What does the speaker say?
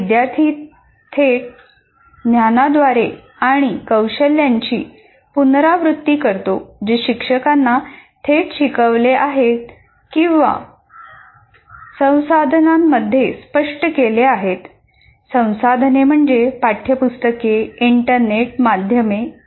विद्यार्थी थेट ज्ञानाद्वारे किंवा कौशल्यांची पुनरावृत्ती करतो जे शिक्षकांनी थेट शिकवले आहेत किंवा संसाधनांमध्ये स्पष्ट केली आहेत